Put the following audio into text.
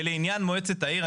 ולעניין מועצת העיר,